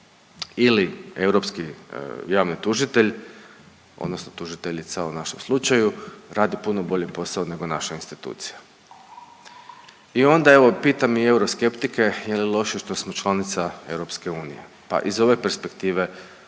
ili Europski javni tužitelj, odnosno tužiteljica u našem slučaju radi puno bolji posao nego naša institucija. I onda evo pitam i euroskeptike, je li loše što smo članica Europske unije. Pa iz ove perspektive,